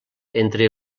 entre